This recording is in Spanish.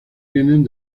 vienen